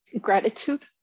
gratitude